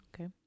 Okay